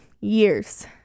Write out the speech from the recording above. years